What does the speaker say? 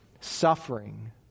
suffering